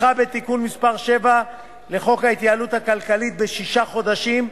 נדחה בתיקון מס' 7 לחוק ההתייעלות הכלכלית בשישה חודשים,